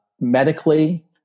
medically